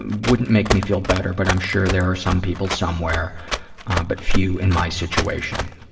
wouldn't make me feel better but i'm sure there are some people somewhere but few in my situation.